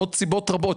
ומעוד סיבות רבות,